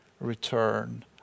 return